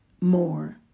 more